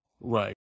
Right